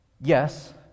Yes